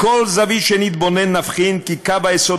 מכל זווית שנתבונן נבחין כי קו היסוד